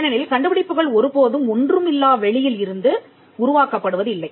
ஏனெனில் கண்டுபிடிப்புகள் ஒருபோதும் ஒன்றுமில்லா வெளியில் இருந்து உருவாக்கப்படுவதில்லை